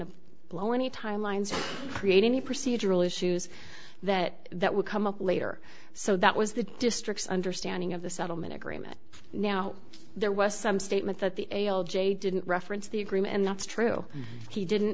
to blow any time lines or create any procedural issues that that will come up later so that was the district's understanding of the settlement agreement now there was some statement that the a l j didn't reference the agreement and that's true he didn't